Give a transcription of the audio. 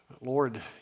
Lord